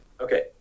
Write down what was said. Okay